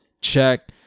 check